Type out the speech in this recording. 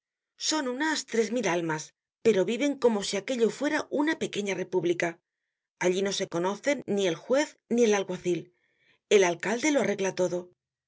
son unas tres mil almas pero viven como si aquello fuera una pequeña república allí no se conocen ni el juez ni el alguacil el alcalde lo arregla todo